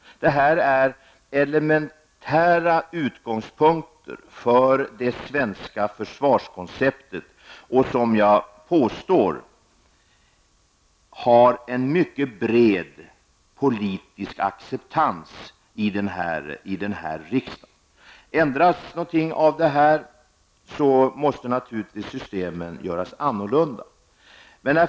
Detta är elementära utgångspunkter för det svenska försvarskonceptet, som jag påstår har en mycket bred politisk acceptans i riksdagen. Ändras något av detta måste systemen naturligtvis göras om.